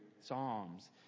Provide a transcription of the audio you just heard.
psalms